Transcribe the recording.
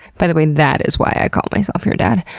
by the way, that is why i call myself your dad.